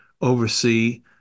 oversee